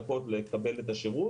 דקות לקבל את השרות